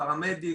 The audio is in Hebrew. פרמדיק,